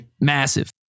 Massive